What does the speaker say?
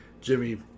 Jimmy